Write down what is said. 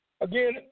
Again